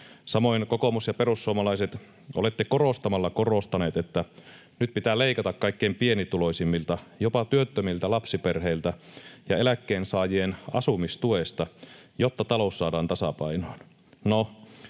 Samoin, kokoomus ja perussuomalaiset, olette korostamalla korostaneet, että nyt pitää leikata kaikkein pienituloisimmilta, jopa työttömiltä, lapsiperheiltä ja eläkkeensaajien asumistuesta, jotta talous saadaan tasapainoon.